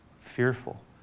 fearful